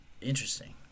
interesting